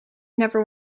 never